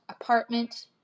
apartment